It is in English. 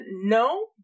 no